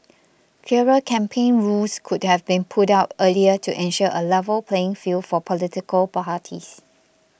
clearer campaign rules could have been put out earlier to ensure a level playing field for political parties